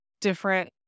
different